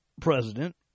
president